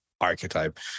archetype